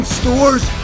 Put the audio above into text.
stores